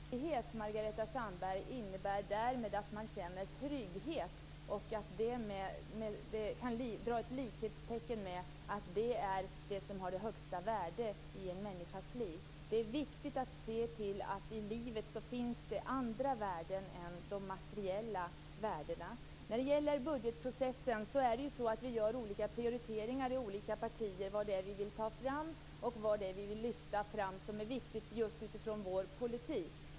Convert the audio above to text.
Fru talman! Inte ens valfrihet, Margareta Sandgren, innebär därmed att man känner trygghet. Man kan inte dra ett likhetstecken med att det är det som har det högsta värdet i en människas liv. Det är viktigt att se att det i livet finns andra värden än de materiella. När det gäller budgetprocessen gör vi i olika partier olika prioriteringar av vad vi vill lyfta fram som viktigt just utifrån vår politik.